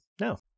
No